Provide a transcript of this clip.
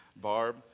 Barb